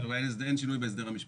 אין שינוי בהסדר.